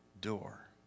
door